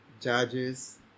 judges